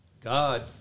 God